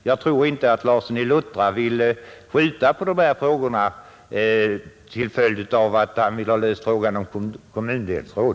Jag tror inte att herr Larsson i Luttra vill skjuta på dessa frågor bara därför att han vill ha löst frågan om kommundelsråd.